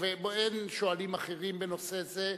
באין שואלים אחרים בנושא זה,